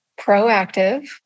proactive